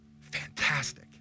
Fantastic